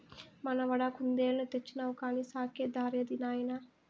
మనవడా కుందేలుని తెచ్చినావు కానీ సాకే దారేది నాయనా